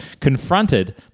confronted